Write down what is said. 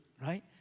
right